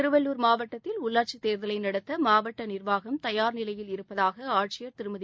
திருவள்ளூர் மாவட்டத்தில் உள்ளாட்சித் தேர்தலை நடத்த மாவட்ட நிர்வாகம் தயார்நிலையில் இருப்பதாக ஆட்சியர் திருமதி